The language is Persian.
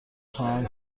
خواهم